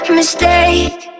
mistake